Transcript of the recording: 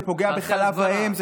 זה פוגע בחלב האם,